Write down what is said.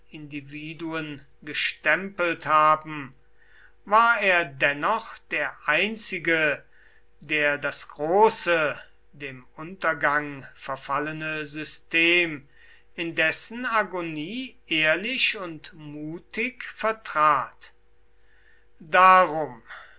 individuen gestempelt haben war er dennoch der einzige der das große dem untergang verfallene system in dessen agonie ehrlich und mutig vertrat darum